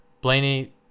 Blaney